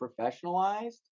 professionalized